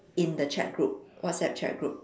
in the chat group WhatsApp chat group